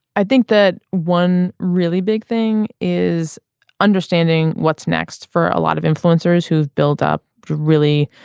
i think that one really big thing is understanding what's next for a lot of influencers who built up really